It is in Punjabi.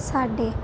ਸਾਡੇ